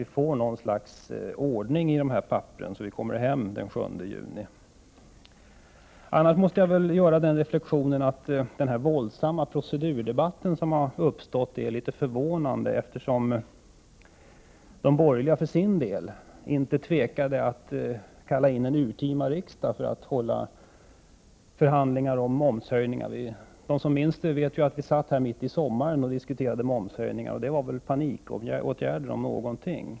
Då får vi något slags ordning i papperen, så att vi kommer hem den 7 juni. Annars måste jag nog göra reflexionen att denna våldsamma procedurdebatt som har uppstått är litet förvånande. De borgerliga tvekade ju inte att kalla in en urtima riksdag för att hålla förhandlingar om momshöjningar. De som minns det vet att vi satt här mitt i sommaren och diskuterade momshöjningar. Det, om något, var väl panikåtgärder.